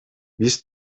биз